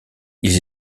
ils